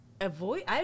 Avoid